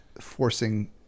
forcing